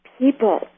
people